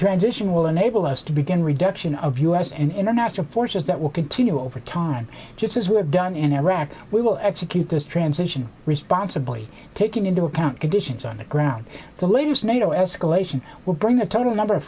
transition will enable us to begin reduction of u s and international forces that will continue over time just as we have done in iraq we will execute this transition responsibly taking into account conditions on the ground the latest nato escalation will bring the total number